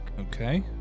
Okay